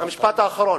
המשפט האחרון.